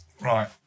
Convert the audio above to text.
Right